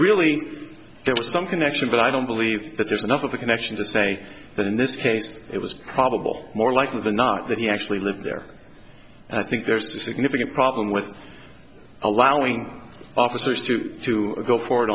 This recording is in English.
really there was some connection but i don't believe that there's enough of a connection to say that in this case it was probable more likely than not that he actually lived there and i think there's a significant problem with allowing officers to to go for